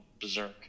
berserk